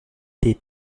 did